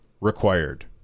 required